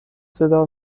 صدا